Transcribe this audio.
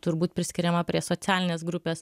turbūt priskiriama prie socialinės grupės